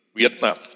Vietnam